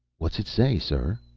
what's it say, sir?